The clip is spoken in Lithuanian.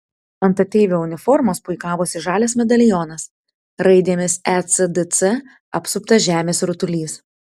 ant ateivio uniformos puikavosi žalias medalionas raidėmis ecdc apsuptas žemės rutulys